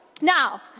Now